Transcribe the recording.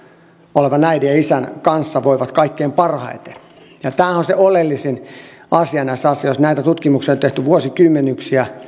olevien äidin ja isän kanssa voivat kaikkein parhaiten tämähän on se oleellisin asia näissä asioissa näitä tutkimuksia on tehty vuosikymmeniä